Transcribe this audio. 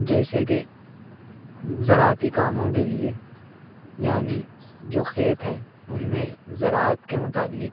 جیسے کہ زراعتی کاموں کے لیے یعنی جو کھیت ہیں ان میں زراعت کے متعلق